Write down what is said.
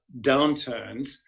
downturns